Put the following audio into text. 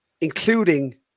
Including